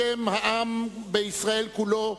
בשם העם בישראל כולו,